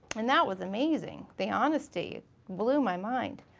and that was amazing, the honesty blew my mind.